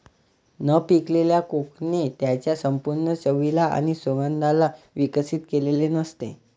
न पिकलेल्या कोकणे त्याच्या संपूर्ण चवीला आणि सुगंधाला विकसित केलेले नसते